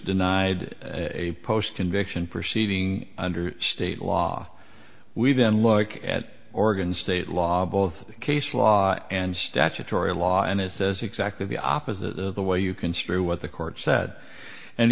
denied a post conviction proceeding under state law we then look at oregon state law both case law and statutory law and it says exactly the opposite the way you construe what the court said and